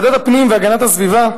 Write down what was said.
ועדת הפנים והגנת הסביבה,